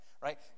right